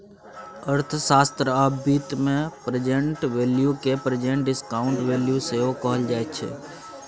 अर्थशास्त्र आ बित्त मे प्रेजेंट वैल्यू केँ प्रेजेंट डिसकांउटेड वैल्यू सेहो कहल जाइ छै